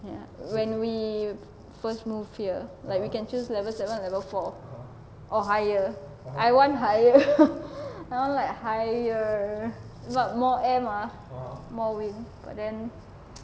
ya when we first moved here like we can choose level seven level four or higher I want higher I want like higher got more air mah more wind but then